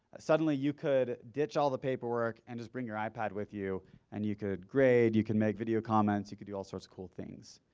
suddenly you could ditch all the paperwork and just bring your ipad with you and you could grade, you can make video comments, you could do all sorts of cool things.